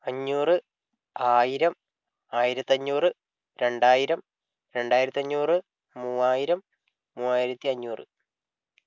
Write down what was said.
അഞ്ഞൂറ് ആയിരം ആയിരത്തി അഞ്ഞൂറ് രണ്ടായിരം രണ്ടായിരത്തി അഞ്ഞൂറ് മൂവായിരം മൂവായിരത്തി അഞ്ഞൂറ്